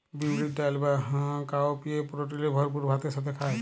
বিউলির ডাল বা কাউপিএ প্রটিলের ভরপুর ভাতের সাথে খায়